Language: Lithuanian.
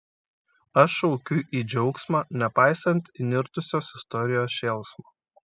aš šaukiu į džiaugsmą nepaisant įnirtusios istorijos šėlsmo